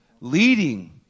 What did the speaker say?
leading